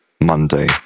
Monday